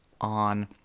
on